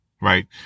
Right